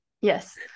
Yes